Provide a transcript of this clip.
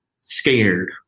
scared